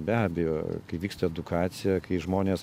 be abejo kai vyksta edukacija kai žmonės